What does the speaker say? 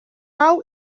hau